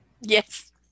Yes